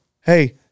hey